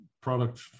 product